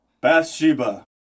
Bathsheba